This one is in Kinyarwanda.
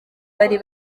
bari